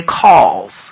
calls